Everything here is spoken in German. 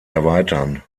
erweitern